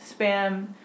spam